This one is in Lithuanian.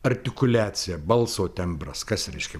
artikuliacija balso tembras kas reiškia